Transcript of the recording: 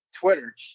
Twitter